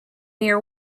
near